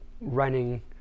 running